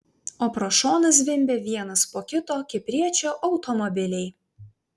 o pro šoną zvimbia vienas po kito kipriečių automobiliai